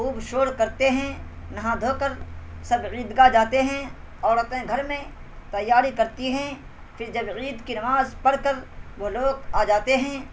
خوب شور کرتے ہیں نہا دھو کر سب عیدگاہ جاتے ہیں عورتیں گھر میں تیاری کرتی ہیں پھر جب عید کی نماز پڑھ کر وہ لوگ آ جاتے ہیں